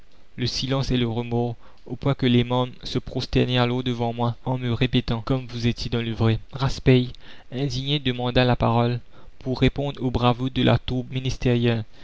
le silence et le remords au point que les membres se prosternaient alors devant moi en me répétant comme vous étiez dans le vrai raspail indigné demanda la parole pour répondre aux bravos de la tourbe ministérielle